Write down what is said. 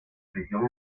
prisión